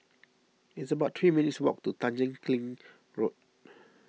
it's about three minutes' walk to Tanjong Kling Road